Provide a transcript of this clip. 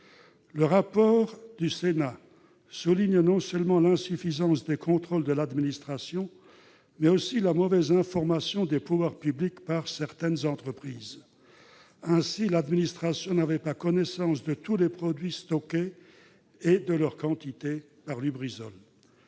Le rapport du Sénat souligne non seulement l'insuffisance des contrôles de l'administration, mais aussi la mauvaise information des pouvoirs publics par certaines entreprises. Ainsi, l'administration n'avait pas connaissance de tous les produits stockés ni de leur quantité. Certes,